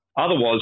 Otherwise